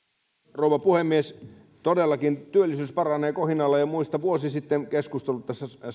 rouva puhemies todellakin työllisyys paranee kohinalla ja ja muistan vuosi sitten keskustelut